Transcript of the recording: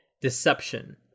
Deception